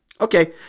Okay